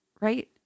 right